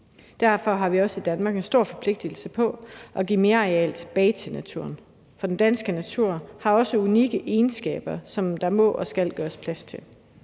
Derfor har vi også i Danmark en stor forpligtigelse til at give mere areal tilbage til naturen, for den danske natur har også unikke egenskaber, som der må og skal gøres plads til.